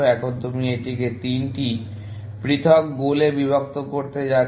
এখন তুমি এটিকে তিনটি পৃথক গোলে বিভক্ত করতে যাচ্ছ